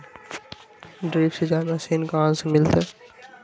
Drip सिंचाई machine कहाँ से मिलतै?